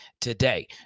today